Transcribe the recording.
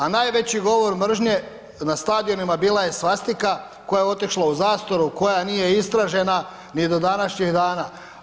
A najveći govor mržnje na stadionima bila je svastika koja je otišla u zastaru, koja nije istražena ni do današnjih dana.